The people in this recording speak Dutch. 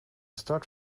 start